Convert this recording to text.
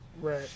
Right